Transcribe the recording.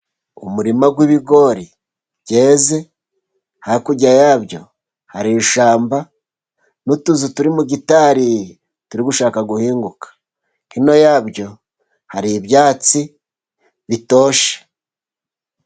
Umurima w'ibigori byeze, hakurya yabyo hari ishyamba n'utuzu turi mu gitari turi gushaka guhinguka. Hino yabyo hari ibyatsi bitoshye.